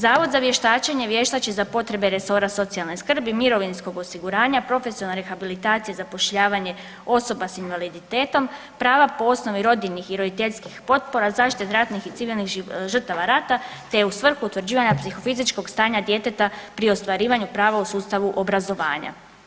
Zavod za vještačenje vještači za potrebe resora socijalne skrbi, mirovinskog osiguranja, profesionalne rehabilitacije, zapošljavanje osoba s invaliditetom, prava po osnovni rodiljnih i roditeljskih potpora, zaštiti ratnih i civilnih žrtava rata te u svrhu utvrđivanja psihofizičkog stanja djeteta pri ostvarivanju prava u sustavu obrazovanja.